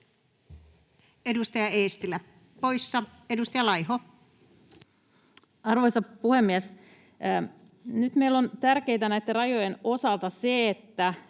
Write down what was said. Edustaja Eestilä poissa. — Edustaja Laiho. Arvoisa puhemies! Nyt meillä on tärkeätä näitten rajojen osalta se, että